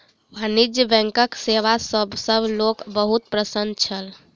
वाणिज्य बैंकक सेवा सॅ सभ लोक बहुत प्रसन्न छल